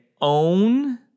own